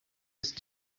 ist